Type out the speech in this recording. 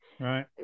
Right